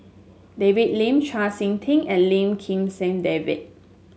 David Lim Chau SiK Ting and Lim Kim San David